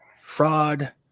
fraud